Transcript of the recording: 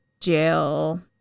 jail